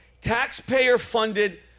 taxpayer-funded